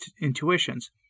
intuitions